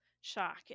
shock